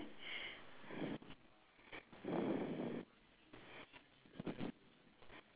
ya too many still the same guy jumping ya jumping